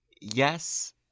Yes